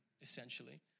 essentially